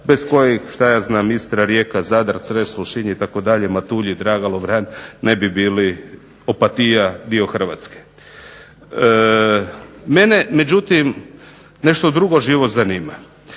bez kojih što ja znam Istra, Rijeka, Zadar, Cres, Lošinj itd. Matulji, Draga, Lovran ne bi bili Opatija dio Hrvatske. Mene međutim nešto drugo živo zanima.